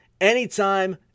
anytime